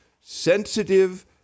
sensitive